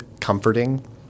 comforting